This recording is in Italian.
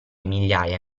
migliaia